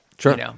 Sure